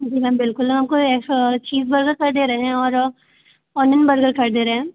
जी ma'am बिलकुल हमको एक ऐसा चीज़ बर्गर कर दे रहे है और ओनियन बर्गर कर दे रहे है